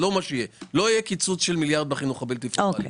לא יהיה קיצוץ של מיליארד בחינוך הבלתי פורמלי.